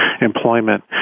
employment